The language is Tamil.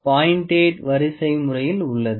8 வரிசைமுறையில் உள்ளது